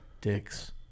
Dicks